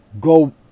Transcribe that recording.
go